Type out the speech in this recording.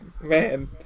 man